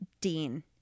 Dean